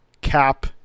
Cap